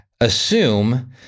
Assume